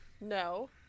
No